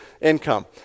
income